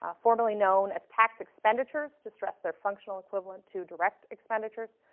ah formally known as tax expenditures to express their functional equivalence to direct expenditures.